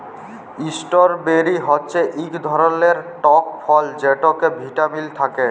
strawberry হচ্যে ইক ধরলের টক ফল যেটতে ভিটামিল থ্যাকে